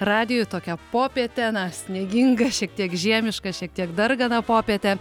radiju tokią popietę na sniegingą šiek tiek žiemišką šiek tiek dargana popietę